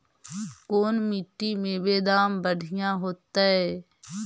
कोन मट्टी में बेदाम बढ़िया होतै?